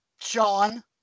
Sean